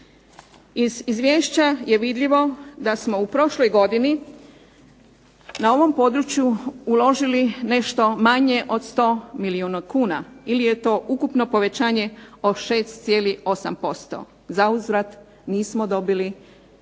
Iz Izvješća je vidljivo da smo u prošloj godini na ovom području uložili nešto manje od 100 milijuna kuna ili je to ukupno povećanje od 6,8%. Zauzvrat nismo dobili